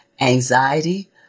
anxiety